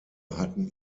hatten